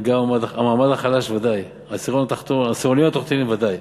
המעמד החלש בוודאי, העשירונים התחתונים בוודאי.